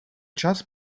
čas